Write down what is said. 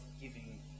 giving